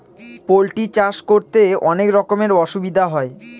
poultry চাষ করতে অনেক রকমের অসুবিধা হয়